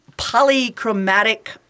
polychromatic